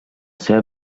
seva